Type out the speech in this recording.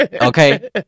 Okay